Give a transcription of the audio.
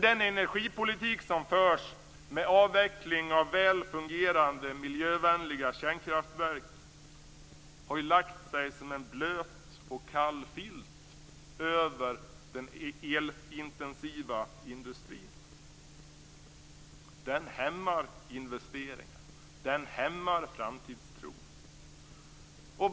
Den energipolitik som förs, med avveckling av väl fungerande, miljövänliga kärnkraftverk, har lagt sig som en blöt och kall filt över den elintensiva industrin. Den hämmar investeringarna. Den hämmar framtidstron.